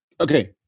okay